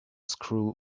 screw